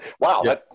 Wow